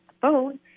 phone